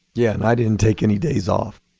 yeah, and i didn't take any days off.